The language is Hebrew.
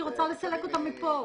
אני רוצה לסלק אותם מפה,